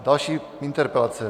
Další interpelace.